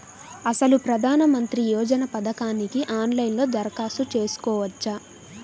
అసలు ప్రధాన మంత్రి యోజన పథకానికి ఆన్లైన్లో దరఖాస్తు చేసుకోవచ్చా?